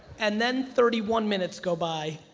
and then, thirty one minutes go by,